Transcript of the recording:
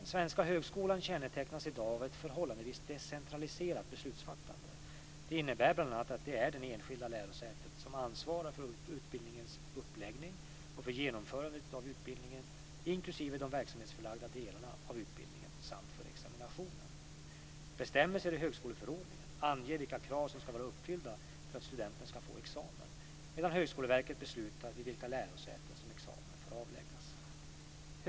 Den svenska högskolan kännetecknas i dag av ett förhållandevis decentraliserat beslutsfattande. Det innebär bl.a. att det är det enskilda lärosätet som ansvarar för utbildningens uppläggning och för genomförandet av utbildningen, inklusive de verksamhetsförlagda delarna av utbildningen samt för examinationen. Bestämmelser i högskoleförordningen anger vilka krav som ska vara uppfyllda för att studenten ska få examen, medan Högskoleverket beslutar vid vilka lärosäten som examen får avläggas.